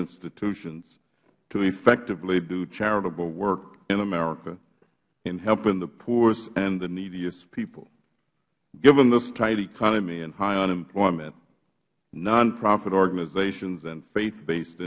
institutions to effectively do charitable work in america in helping the poorest and the neediest people given this tight economy and high unemployment non profit organizations and faith based